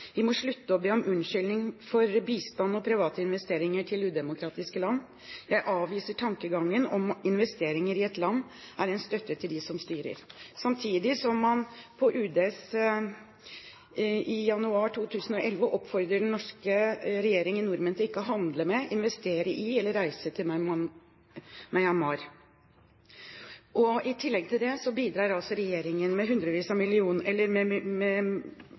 må slutte å be om unnskyldning for bistand og private investeringer til udemokratiske land. Jeg avviser tankegangen om at investeringer i et land er en støtte til de som styrer.» I januar 2011 oppfordrer den norske regjering nordmenn til ikke å handle med, investere i eller reise til Myanmar. I tillegg til det bidrar altså regjeringen med